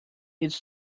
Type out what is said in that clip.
its